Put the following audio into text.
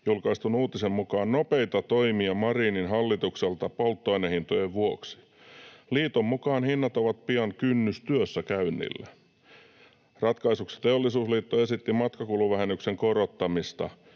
julkaistun uutisen mukaan nopeita toimia Marinin hallitukselta polttoainehintojen vuoksi. Liiton mukaan hinnat ovat pian kynnys työssäkäynnille. Ratkaisuksi Teollisuusliitto esitti matkakuluvähennyksen korottamista.